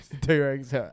T-Rex